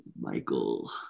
Michael